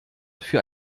für